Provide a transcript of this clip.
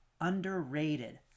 underrated